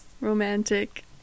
romantic